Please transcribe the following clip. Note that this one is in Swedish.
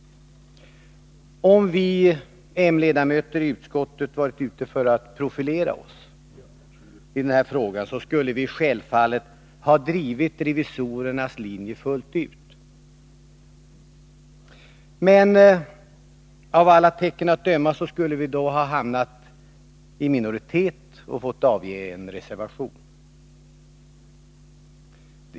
Om vi m-ledamöter i utskottet varit ute för att profilera oss i den här frågan skulle vi självfallet ha drivit revisorernas linje fullt ut. Av alla tecken att döma skulle vi då ha hamnat i minoritet och fått avge en reservation.